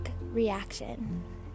reaction